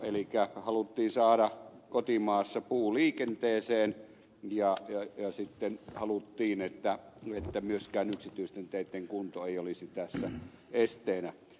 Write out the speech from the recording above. elikkä haluttiin saada kotimaassa puu liikenteeseen ja sitten haluttiin että myöskään yksityisten teitten kunto ei olisi tässä esteenä